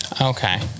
Okay